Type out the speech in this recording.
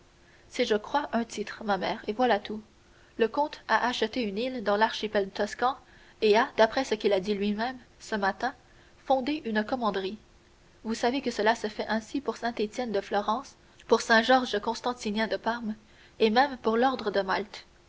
c'est je crois un titre ma mère et voilà tout le comte a acheté une île dans l'archipel toscan et a d'après ce qu'il a dit lui-même ce matin fondé une commanderie vous savez que cela se fait ainsi pour saint-étienne de florence pour saint georges constantinien de parme et même pour l'ordre de malte